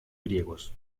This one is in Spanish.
griegos